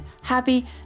happy